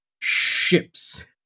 ships